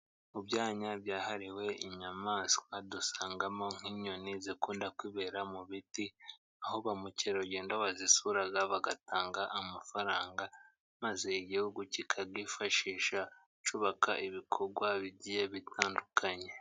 Mu byanya byahariwe inyamaswa dusangamo nk'inyoni zikunda kwibera mu biti, aho bamukerarugendo bazisura bagatanga amafaranga ,maze igihugu kikayifashisha cyubaka ibikorwa bigiye bitandukanye.